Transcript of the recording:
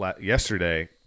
yesterday